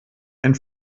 ein